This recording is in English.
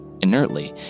inertly